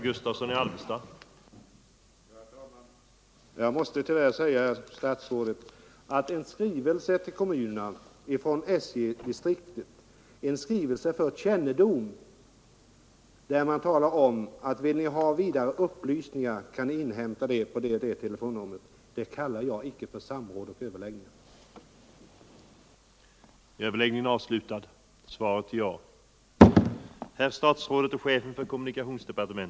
Herr talman! Jag måste tyvärr säga till statsrådet Norling att om SJ distriktet i en skrivelse för kännedom till kommunerna meddelar att vidare upplysningar kan inhämtas på ett visst telefonnummer, så kallar jag det inte för samråd och överläggningar. stämmelse mellan den svenska och den norska trafikpolitiken